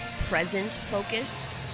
present-focused